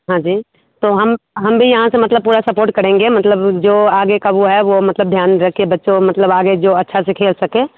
हाँ जी तो हम हम भी यहाँ से मतलब पूरा सपोर्ट करेंगे मतलब जो आगे का वह है वह मतलब ध्यान रख कर बच्चों मतलब आगे जो अच्छा से खेल सके